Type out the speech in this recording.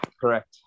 correct